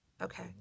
Okay